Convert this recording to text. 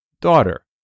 daughter